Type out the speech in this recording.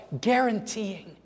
guaranteeing